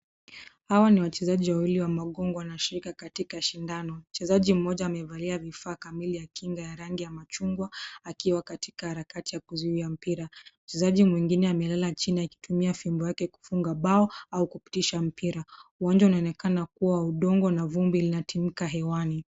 Hawa ni wachezaji wawili wa magongo wanashiriki katika shindano. Mchezaji amevalia vifaa kamili ya kinga ya rangi ya machungwa, akiwa katika harakati ya kuzuia mpira. Mchezaji mwingine amelala chini akitumia fimbo yake kufunga mbao au kupitisha mpira. Uwanja unaonekana kuwa wa udongo na vumbi linatimika hewani.